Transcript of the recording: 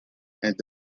and